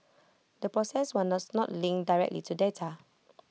the process was not linked directly to data